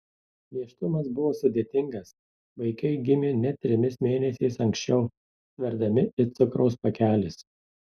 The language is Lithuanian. nėštumas buvo sudėtingas vaikai gimė net trimis mėnesiais anksčiau sverdami it cukraus pakelis